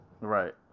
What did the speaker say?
right